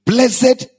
Blessed